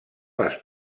les